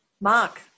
Mark